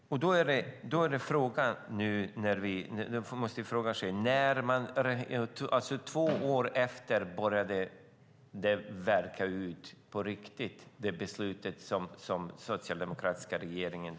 Två år efter det beslut som den socialdemokratiska regeringen fattade 2003 började det verka på riktigt. Från 2005 började sjuktalen minska.